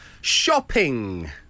Shopping